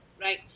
Right